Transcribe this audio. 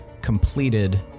completed